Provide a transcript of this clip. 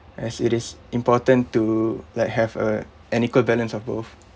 as it is important to like have a an equal balance of both